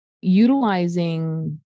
utilizing